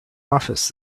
office